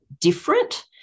different